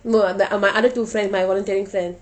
no I'm the my other two friends my volunteering friends